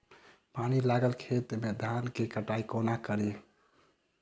पानि लागल खेत मे धान केँ कटाई कोना कड़ी?